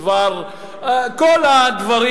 בדבר כל הדברים